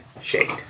shade